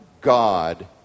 God